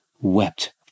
wept